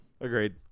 agreed